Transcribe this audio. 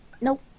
Nope